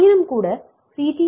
ஆயினும்கூட அந்த சி